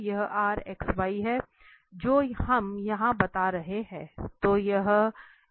यह हैं जो हम यहां बता रहे हैं